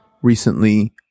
Recently